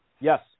Yes